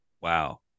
Wow